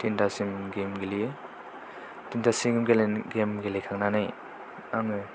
थिनथासिम game गेलेयो थिनथासिम game गेलेखांनानै आङो